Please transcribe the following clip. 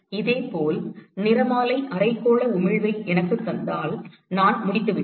இதேபோல் நிறமாலை அரைக்கோள உமிழ்வு எனக்குத் தெரிந்தால் நான் முடித்துவிட்டேன்